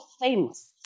famous